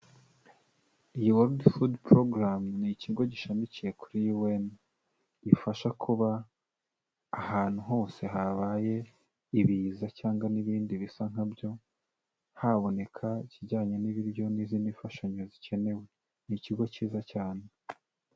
Iyi World Food Program ni ikigo gishamikiye kuri UN, gifasha kuba ahantu hose habaye ibiza cyangwa n'ibindi bisa nkabyo, haboneka ikijyanye n'ibiryo n'izindi mfashanyo zikenewe. Ni ikigo cyiza cyane.